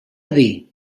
dir